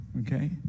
okay